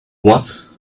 what